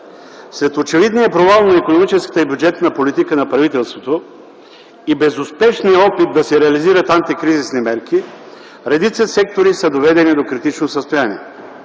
Сред очевидния провал на икономическата и бюджетна политика на правителството и безуспешния опит да се реализират антикризисни мерки, редица сектори са доведени до критично състояние.